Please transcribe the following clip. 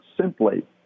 simply